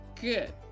Good